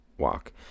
walk